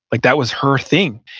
like that was her thing.